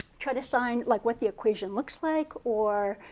try to find, like, what the equation looks like or,